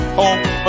home